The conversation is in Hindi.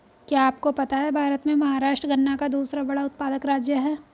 क्या आपको पता है भारत में महाराष्ट्र गन्ना का दूसरा बड़ा उत्पादक राज्य है?